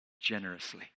generously